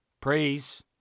praise